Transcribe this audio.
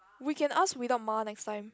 we can ask without ma next time